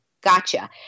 Gotcha